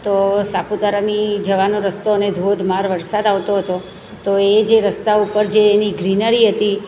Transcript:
તો સાપુતારાની જવાનો રસ્તો અને ધોધમાર વરસાદ આવતો હતો તો એ જે રસ્તા ઉપર જે એની ગ્રીનરી હતી